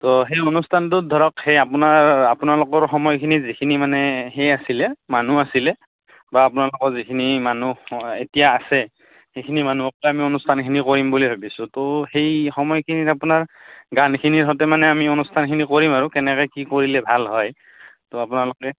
ত' সেই অনুষ্ঠানটোত ধৰক সেই আপোনাৰ আপোনালোকৰ সময়খিনি যিখিনি মানে সেই আছিলে মানুহ আছিলে বা আপোনালোকৰ যিখিনি মানুহ এতিয়া আছে সেইখিনি মানুহকে আমি অনুষ্ঠানখিনি কৰিম বুলি ভাবিছোঁ ত' সেই সময়খিনিত আপোনাৰ গানখিনিৰ সৈতে মানে আমি অনুষ্ঠানখিনি কৰিম আৰু কেনেকৈ কি কৰিলে ভাল হয় ত' আপোনালোকে